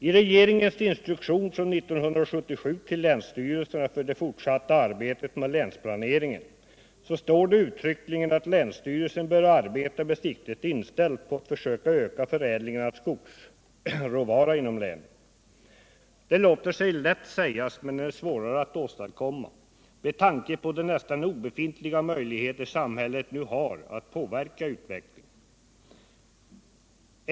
I regeringens instruktion från 1977 till länsstyrelserna för det fortsatta arbetet med länsplaneringen står det uttryckligen att länsstyrelsen bör arbeta med siktet inställt på att försöka öka förädlingen av skogsråvara inom länet. Det låter sig lätt sägas men är svårare att åstadkomma, med tanke på de 129 nästan obefintliga möjligheter samhället nu har att påverka utvecklingen.